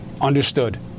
Understood